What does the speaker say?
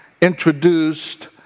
introduced